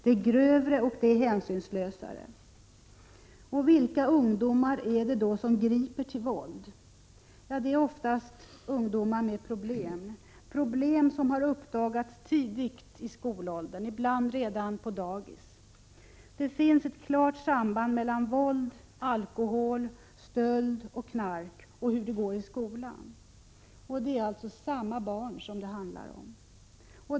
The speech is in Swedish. Det är grövre och hänsynslösare. Vilka ungdomar är det då som griper till våld? Det är oftast ungdomar med problem —- problem som har uppdagats tidigt i skolåldern, ibland redan på dagis. Det finns ett klart samband mellan våld, alkohol, stöld, knark och hur det går i skolan. Det är samma barn det handlar om.